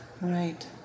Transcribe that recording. right